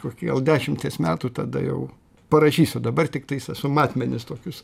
kokį gal dešimties metų tada jau parašysiu dabar tiktais esu matmenis tokius